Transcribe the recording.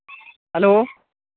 hello